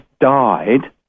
died